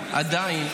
עדיין,